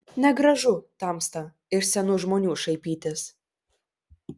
negražu tamsta iš senų žmonių šaipytis